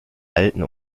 alten